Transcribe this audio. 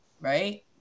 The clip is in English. right